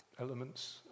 elements